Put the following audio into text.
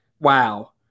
Wow